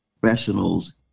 professionals